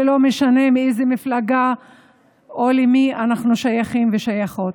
ולא משנה מאיזו מפלגה או למי אנחנו שייכים ושייכות.